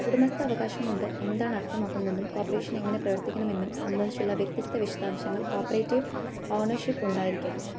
ഉടമസ്ഥാവകാശം കൊണ്ട് എന്താണ് അർത്ഥമാക്കുന്നതെന്നും കോപ്പറേഷൻ എങ്ങനെ പ്രവർത്തിക്കണമെന്നും സംബന്ധിച്ചുള്ള വ്യത്യസ്ത വിശദാംശങ്ങൾ കോപ്പറേറ്റീവ് ഓണർഷിപ് ഉണ്ടായിരിയ്ക്കാം